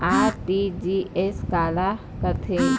RTGS काला कथें?